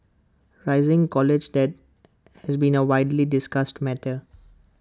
rising college debt has been A widely discussed matter